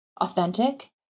authentic